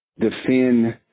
defend